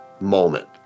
moment